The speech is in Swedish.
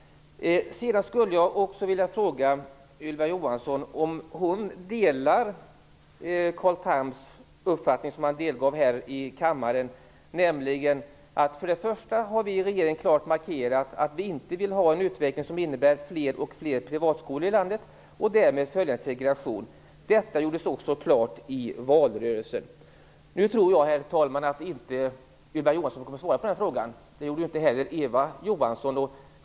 Carl Thams uppfattning som han delgav här i kammaren: För det första har vi i regeringen klart markerat att vi inte vill ha en utveckling som innebär fler och fler privatskolor i landet och därmed följande segregation. Detta gjordes också klart i valrörelsen. Herr talman! Nu tror jag att Ylva Johansson inte kommer att svara på den frågan. Det gjorde inte heller Eva Johansson.